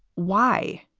why?